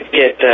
get